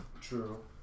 True